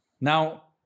Now